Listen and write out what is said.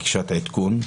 פגישת עדכון.